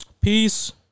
peace